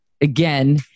again